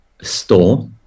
store